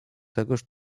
czegóż